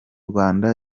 rwanda